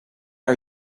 are